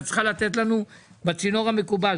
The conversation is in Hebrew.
את צריכה לתת לנו בצינור המקובל,